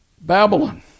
Babylon